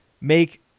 make